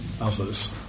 others